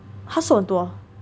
他瘦很多